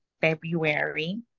February